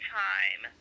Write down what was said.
time